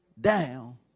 down